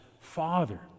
Father